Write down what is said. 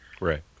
Right